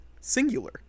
Singular